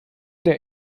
der